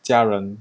家人